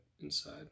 inside